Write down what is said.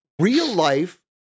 real-life